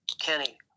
Kenny